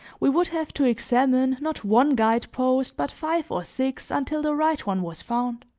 we would have to examine not one guide-post, but five or six until the right one was found.